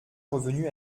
revenu